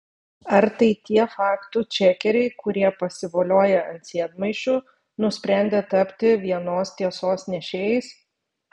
ar tai tie faktų čekeriai kurie pasivolioję ant sėdmaišių nusprendė tapti vienos tiesos nešėjais